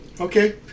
Okay